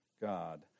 God